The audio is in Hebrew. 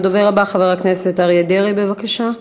הדובר הבא, חבר הכנסת אריה דרעי, בבקשה,